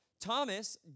Thomas